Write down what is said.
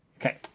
Okay